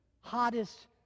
hottest